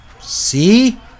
see